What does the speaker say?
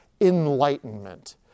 Enlightenment